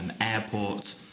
airport